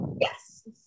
Yes